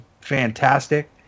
fantastic